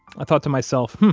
i thought to myself, hmm,